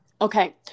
Okay